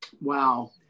Wow